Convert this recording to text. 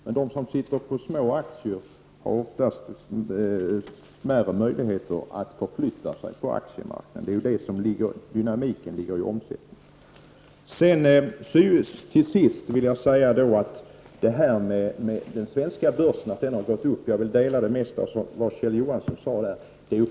Men de som har små aktieinnehav har sämre möjligheter att förflytta sig på aktiemarknaden. Dynamiken ligger i omsättning. Vad beträffar att den svenska börsen har gått upp ansluter jag mig till det mesta av det Kjell Johansson sade.